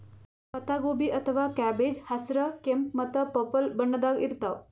ಪತ್ತಾಗೋಬಿ ಅಥವಾ ಕ್ಯಾಬೆಜ್ ಹಸ್ರ್, ಕೆಂಪ್ ಮತ್ತ್ ಪರ್ಪಲ್ ಬಣ್ಣದಾಗ್ ಸಿಗ್ತಾವ್